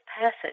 passage